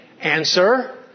Answer